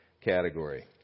category